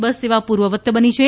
બસ સેવા પૂર્વવત બની છે